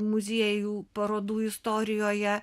muziejų parodų istorijoje